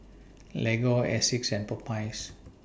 Lego Asics and Popeyes